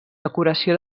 decoració